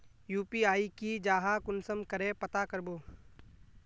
UPI की जाहा कुंसम करे पता करबो?